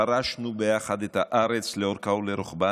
חרשנו ביחד את הארץ לאורכה ולרוחבה,